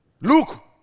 Look